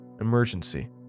Emergency